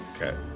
okay